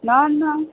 না না